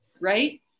right